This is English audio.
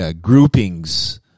groupings